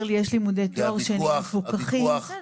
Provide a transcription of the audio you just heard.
בבית ברל יש לימודי תואר שני מפוקחים -- כי